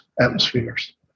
atmospheres